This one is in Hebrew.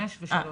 5 ו-3.